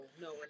no